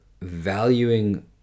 valuing